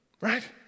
right